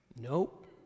Nope